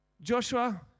joshua